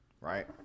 right